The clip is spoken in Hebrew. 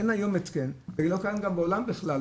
אין היום התקן, לא קיים גם בעולם בכלל.